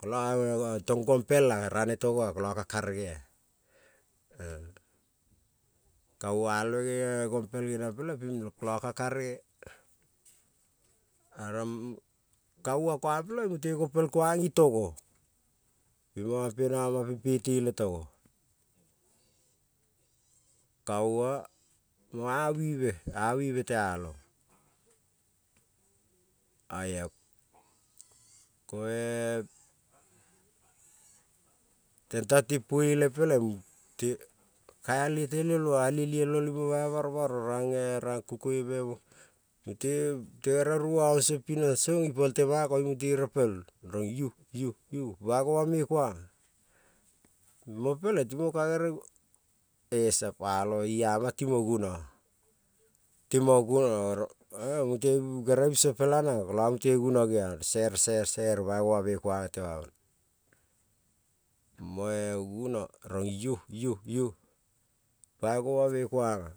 Kolo tong gompel a rane togo kolo ka karege a e kaualbe ne gompel peleng ka karegea oro ni kaua kuang peleng kuang itogo mopieno ma ping pe tele togo kaua mo a wive te along oia oia ko tento ting puele peleng ka al le te lielmo allielmo ling bai baro baro ta kukoi meng mute gerel rubuon song i poltema song ping geon rong bai goma me kuana